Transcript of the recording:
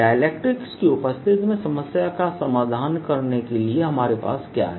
dielectrics की उपस्थिति में समस्या का समाधान के लिए हमारे पास क्या है